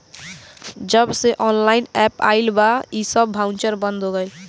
जबसे online app आईल बा इ सब बाउचर बंद हो गईल